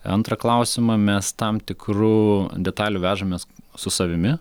antrą klausimą mes tam tikrų detalių vežamės su savimi